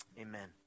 amen